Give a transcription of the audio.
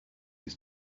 his